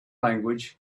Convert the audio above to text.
language